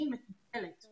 אני